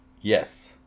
Yes